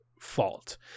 fault